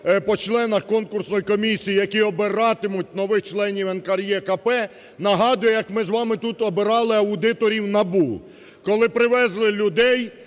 по членах конкурсної комісії, які обиратимуть нових членів НКРЕКП, нагадує як ми з вами тут обирали аудиторів НАБУ. Коли привезли людей,